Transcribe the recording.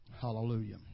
hallelujah